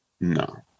No